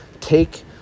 take